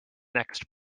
next